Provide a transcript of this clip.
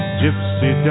gypsy